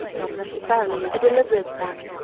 not necessarily a deliberate one.